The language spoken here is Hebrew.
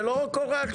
זה לא קורה עכשיו.